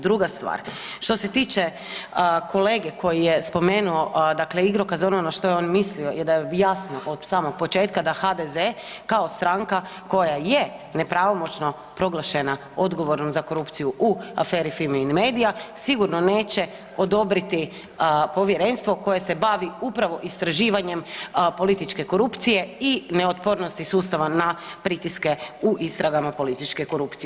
Druga stvar, što se tiče kolege koji je spomenuo dakle igrokaz ono na što je on mislio i da je jasno od samog početka kao HDZ koja je nepravomoćno proglašena odgovornom za korupciju u aferi Fimi medija sigurno neće odobriti povjerenstvo koje se bavi upravo istraživanjem političke korupcije i neotpornosti sustava na pritiske u istragama političke korupcije.